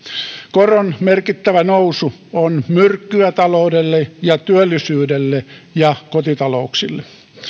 koron merkittävä nousu on myrkkyä taloudelle ja työllisyydelle ja kotitalouksille